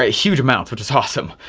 ah huge amount, which is awesome.